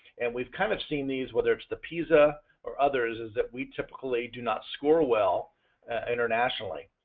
and we've kind of seen these whether it's the pisa or others is that we typically do not score well internationally